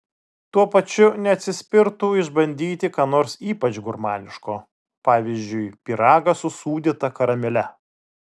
tuo pačiu neatsispirtų išbandyti ką nors ypač gurmaniško pavyzdžiui pyragą su sūdyta karamele